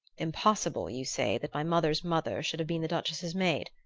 impossible, you say, that my mother's mother should have been the duchess's maid?